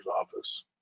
office